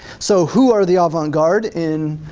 so who are the avant-garde in